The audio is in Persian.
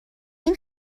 این